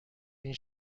این